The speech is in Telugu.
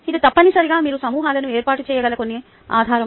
ఇది తప్పనిసరిగా మీరు సమూహాలను ఏర్పాటు చేయగల కొన్ని ఆధారం